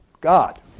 God